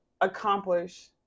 accomplish